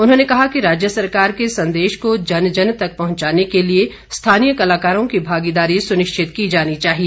उन्होंने कहा कि राज्य सरकार के संदेश को जन जन तक पहुंचाने के लिए स्थानीय कलाकारों की भागीदारी सुनिश्चित की जानी चाहिए